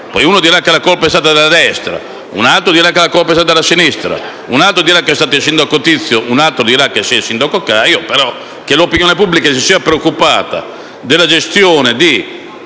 Roma. Uno dirà che la colpa è stata della destra, un altro dirà che è stata della sinistra, un altro che è stato il sindaco Tizio, un altro che è stato il sindaco Caio; ma che l'opinione pubblica si sia preoccupata della gestione di